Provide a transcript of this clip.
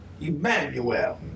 Emmanuel